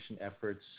efforts